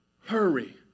hurry